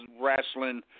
wrestling